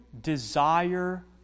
desire